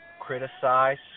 criticize